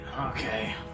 Okay